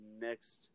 next